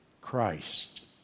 Christ